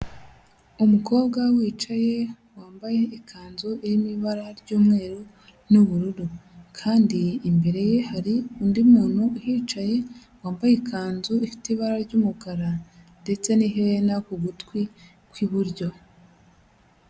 Umukobwa wicaye wambaye ikanzu iri mu ibara ry'umweru n'ubururu. Kandi imbere ye hari undi muntu uhicaye wambaye ikanzu ifite ibara ry'umukara ndetse n'iherena ku gutwi kw'iburyo.